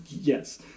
yes